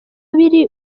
biri